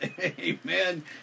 Amen